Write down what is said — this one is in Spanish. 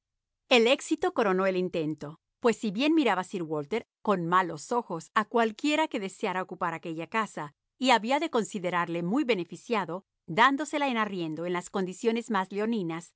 el éxito coronó el intento pues si bien miraba sir walter con malos ojos a cualquiera que deseara ocupar aquella casa y había de considerarle muy beneficiado dándosela en arriendo en las condiciones más leoninas